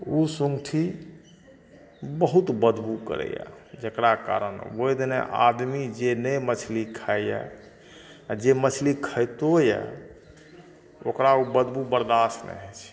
ओ सुङ्गठी बहुत बदबू करैए जकरा कारण ओहिदने आदमी जे नहि मछली खाइए आओर जे मछली खाइतो यऽ ओकरा ओ बदबू बरदास्त नहि होइ छै